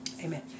Amen